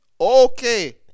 okay